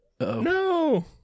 No